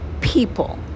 people